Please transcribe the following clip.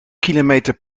kilometer